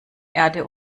erde